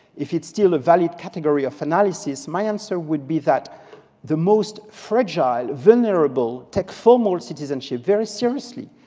if it's still a valid category of analysis, my answer would be that the most fragile, vulnerable, take formal citizenship very seriously.